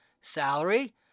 Salary